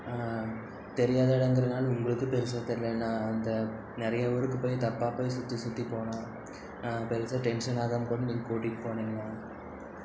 தெரியாத இடங்குறதுனால உங்களுக்கும் பெருசாக தெரிலணா அந்த நெறையாக ஊருக்கு போய் தப்பாக போய் சுற்றி சுற்றி போனோம் பெருசாக டென்ஷன் ஆகாம கூட நீங்கள் கூட்டிகிட்டு போனிங்கணா